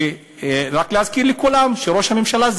ורק להזכיר לכולם, ראש הממשלה הוא